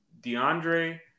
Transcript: DeAndre